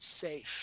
safe